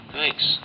Thanks